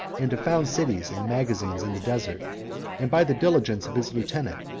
and to found cities and magazines in the desert and, by the diligence of his lieutenant,